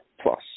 Plus